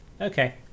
okay